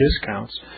discounts